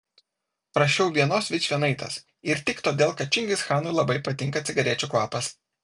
prašiau vienos vičvienaitės ir tik todėl kad čingischanui labai patinka cigarečių kvapas